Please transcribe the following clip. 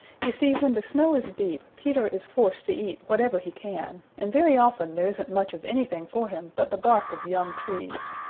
you see when the snow is deep peter is forced to eat whatever he can, and very often there isn't much of anything for him but the bark of young trees.